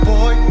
Boy